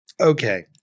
Okay